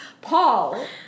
Paul